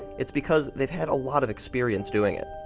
it's because they've had a lot of experience doing it.